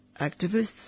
activists